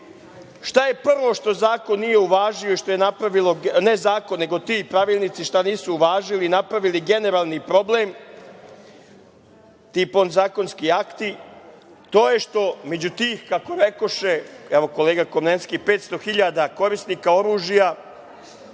je prvo što zakon nije uvažio i što je napravilo, ne zakon ti pravilnici šta nisu uvažili, napravili generalni problem, ti podzakonski akti, to je što među tih, kako rekoše, evo kolega Komlenski 500.000 korisnika oružja.